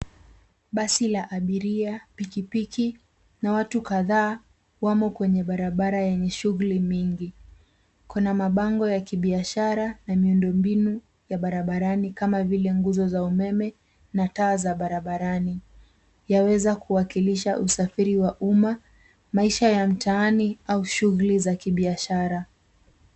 Basi la abiria ,pikipiki na watu kadhaa wamo kwenye barabara yenye shughuli mingi. Kuna mabango ya kibiashara, miundo mbinu ya barabarani kama vile nguzo za umeme na taa za barabarani. Yaweza kuwakilisha usafiri wa umma, maisha ya mtaani au shughuli za kibiashara.